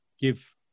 give